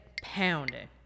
pounding